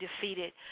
defeated